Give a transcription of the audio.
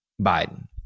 Biden